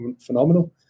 phenomenal